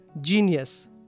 genius